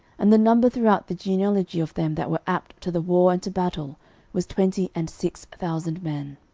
and the number throughout the genealogy of them that were apt to the war and to battle was twenty and six thousand men.